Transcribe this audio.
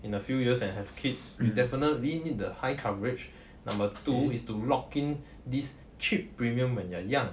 in a few years and have kids you definitely need the high coverage number two is to lock in this cheap premium when you're young